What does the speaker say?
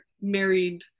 married